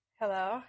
Hello